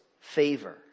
favor